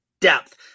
depth